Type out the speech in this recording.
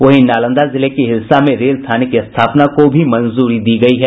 वहीं नालंदा जिले के हिलसा में रेल थाने की स्थापना को भी मंजूरी दी गयी है